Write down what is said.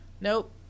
nope